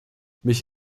mich